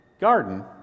garden